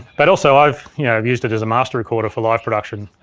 but also i've yeah i've used it as a master recorder for live production.